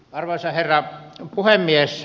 arvoisa herra puhemies